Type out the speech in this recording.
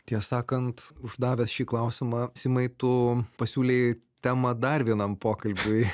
tiesą sakant uždavęs šį klausimą simai tu pasiūlei temą dar vienam pokalbiui